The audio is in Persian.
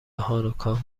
هانوکا